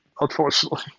unfortunately